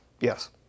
yes